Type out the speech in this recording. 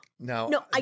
No